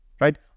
right